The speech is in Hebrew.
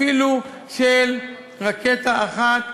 אפילו של רקטה אחת,